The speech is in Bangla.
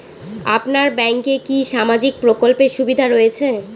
আপনার ব্যাংকে কি সামাজিক প্রকল্পের সুবিধা রয়েছে?